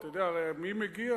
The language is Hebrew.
אתה הרי יודע מי מגיע,